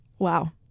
Wow